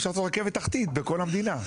אפשר לעשות רכבת תחתית בכל המדינה.